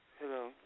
Hello